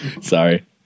sorry